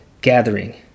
gathering